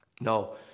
No